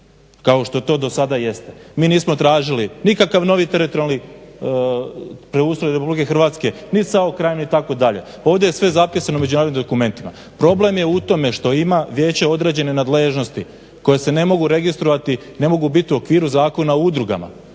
kao što do sada jeste. Mi nismo tražili nikakav novi teritorijalni preustroj RH ni …/Govornik se ne razumije…/ itd. ovdje je sve zapisano među javnim dokumentima. Problem je u tome što ima vijeće određene nadležnosti koje se ne mogu registrirati, ne mogu bit u okviru Zakona o udrugama